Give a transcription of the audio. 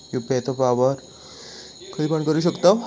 UPI चो वापर कधीपण करू शकतव?